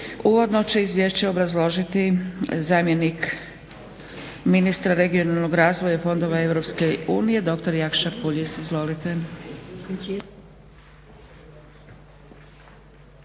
Uvodno će izvješće obrazložiti zamjenik ministra regionalnog razvoja fondova EU doktor Jakša Puljiz. **Puljiz,